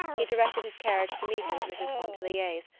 he directed his carriage to meet him at mrs. pontellier's,